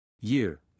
Year